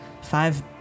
five